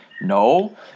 No